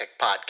podcast